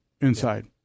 inside